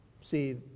See